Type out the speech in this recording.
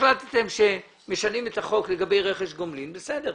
החלטתם שמשנים את החוק לגבי רכש גומלין, בסדר.